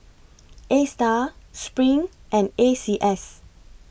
A STAR SPRING and A C S